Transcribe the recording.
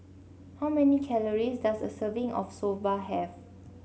how many calories does a serving of Soba have